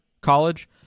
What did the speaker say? College